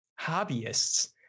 hobbyists